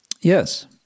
Yes